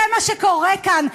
זה מה שקורה כאן,